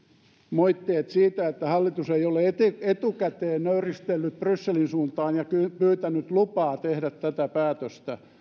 moitteet siitä että hallitus ei ole etukäteen nöyristellyt brysselin suuntaan ja pyytänyt lupaa tehdä tätä päätöstä